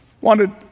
Wanted